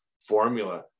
formula